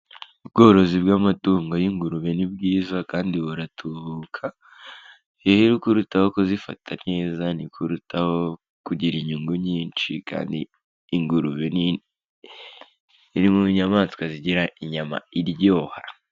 Ubworozi bw'amatungo y'ingurube ni bwiza kandi buratubuka, rero uko urutaho kuzifata neza ni ko urutaho kugira inyungu nyinshi kandi ingurube ni iri mu nyamaswa zigira inyama iryoha.